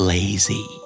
Lazy